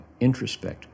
introspect